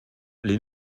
les